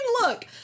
look